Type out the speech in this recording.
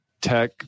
tech